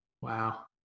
wow